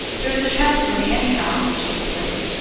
there is a chance for me, anyhow! she exclaimed.